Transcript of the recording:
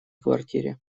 квартире